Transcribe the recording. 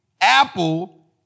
Apple